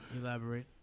Elaborate